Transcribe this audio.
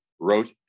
wrote